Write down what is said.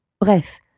Bref